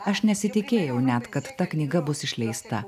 aš nesitikėjau net kad ta knyga bus išleista